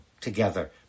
together